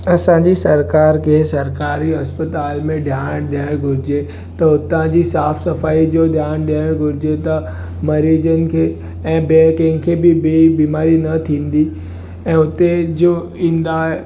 असांजी सरकार खे सरकारी हस्पताल में ध्यान ॾियणु घुरिजे त हुतां जी साफ़ सफ़ाई जो ध्यानु ॾियणु घुरिजे त मरीजनि खे ऐं ॿिए कंहिंखे बि ॿिए बीमारी न थींदी ऐं उते जो ईंदा